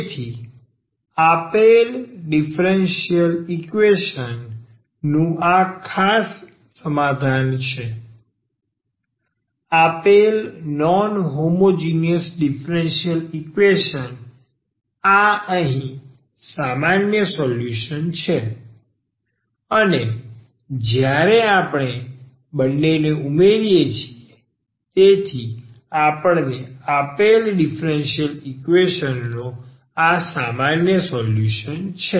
તેથી આપેલ differential equation નું આ ખાસ સમાધાન છે આપેલ નોન હોમોજીનીયસ ડીફરન્સીયલ ઈકવેશન આ અહીં સામાન્ય સોલ્યુશન છે અને જ્યારે આપણે બંનેને ઉમેરીએ છીએ તેથી આપણને આપેલ ડીફરન્સીયલ ઈકવેશન નો આ સામાન્ય સોલ્યુશન છે